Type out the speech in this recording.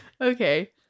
Okay